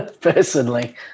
personally